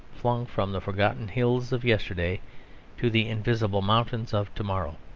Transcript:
flung from the forgotten hills of yesterday to the invisible mountains of to-morrow.